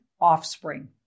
offspring